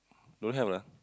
don't have lah